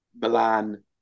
Milan